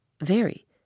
Very